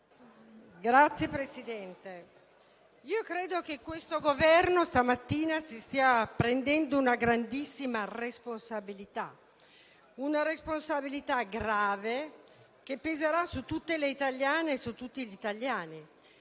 Signor Presidente, credo che il Governo questa mattina si stia prendendo una grandissima responsabilità, una responsabilità grave che peserà su tutte le italiane e su tutti gli italiani.